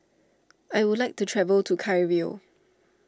I would like to travel to Cairo